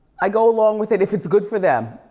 i go along with it if it's good for them.